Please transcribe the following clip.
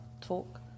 Talk